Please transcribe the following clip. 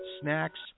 snacks